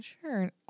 sure